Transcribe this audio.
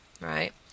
right